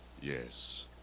Yes